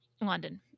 London